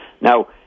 Now